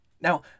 Now